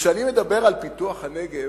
שכשאני מדבר על פיתוח הנגב,